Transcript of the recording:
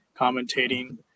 commentating